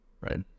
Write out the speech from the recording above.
right